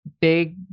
big